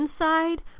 inside